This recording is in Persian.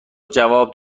جواب